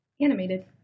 Animated